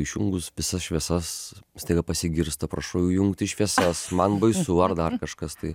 išjungus visas šviesas staiga pasigirsta prašau įjungti šviesas man baisu ar dar kažkas tai